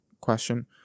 question